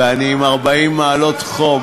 ואני עם 40 מעלות חום